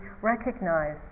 recognize